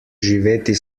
živeti